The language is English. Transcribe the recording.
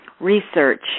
research